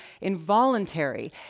involuntary